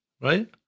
right